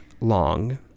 Long